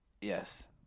Yes